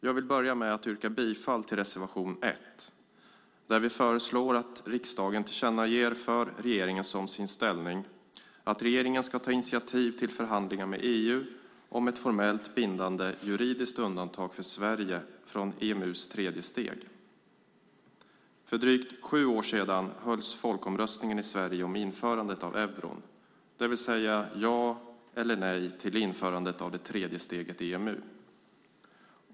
Jag vill börja med att yrka bifall till reservation 1 där vi föreslår att riksdagen tillkännager för regeringen som sin ställning att regeringen ska ta initiativ till förhandlingar med EU om ett formellt bindande juridiskt undantag för Sverige från EMU:s tredje steg. För drygt sju år sedan hölls folkomröstningen i Sverige om införandet av euron, det vill säga ja eller nej till införandet av det tredje steget i EMU.